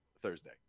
Thursday